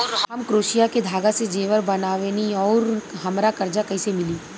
हम क्रोशिया के धागा से जेवर बनावेनी और हमरा कर्जा कइसे मिली?